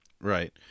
Right